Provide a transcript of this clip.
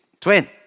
twin